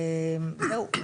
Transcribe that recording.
זהו.